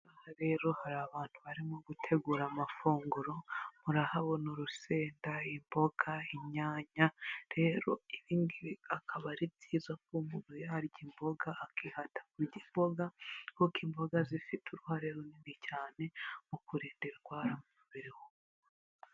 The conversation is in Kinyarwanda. Aha rero hari abantu barimo gutegura amafunguro, murahabona urusenda, imboga, inyanya, rero ibi ngibi akaba ari byiza kuba umuntu yarya imboga, akihata kurya imboga kuko imboga zifite uruhare runini cyane mu kurinda indwara mu mubiri w'umuntu.